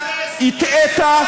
הטעית,